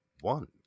one